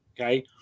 Okay